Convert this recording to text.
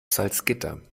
salzgitter